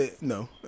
No